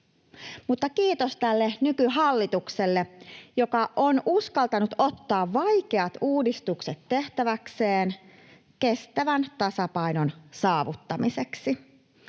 kiitos tälle nykyhallitukselle, joka on uskaltanut ottaa vaikeat uudistukset tehtäväkseen kestävän tasapainon saavuttamiseksi.